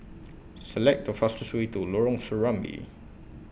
Select The fastest Way to Lorong Serambi